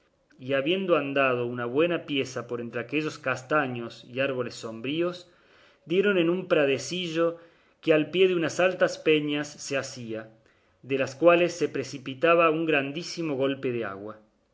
y habiendo andado una buena pieza por entre aquellos castaños y árboles sombríos dieron en un pradecillo que al pie de unas altas peñas se hacía de las cuales se precipitaba un grandísimo golpe de agua